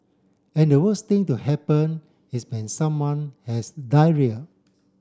and the worst thing to happen is when someone has diarrhoea